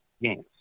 games